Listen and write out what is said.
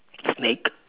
snake